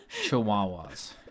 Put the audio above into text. chihuahuas